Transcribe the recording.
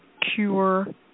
cure